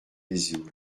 vesoul